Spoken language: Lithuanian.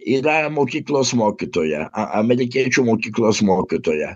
yra mokyklos mokytoja amerikiečių mokyklos mokytoja